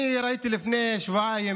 לפני שבועיים